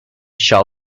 shall